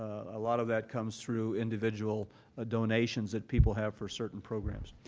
a lot of that comes through individual ah donations that people have for certain programs.